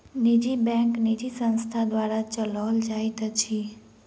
निजी बैंक निजी संस्था द्वारा चलौल जाइत अछि